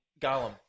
Gollum